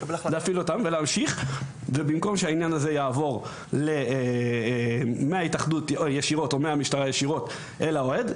ובמקום שהעניין הזה יעבור מההתאחדות או מהמשטרה ישירות אל האוהד,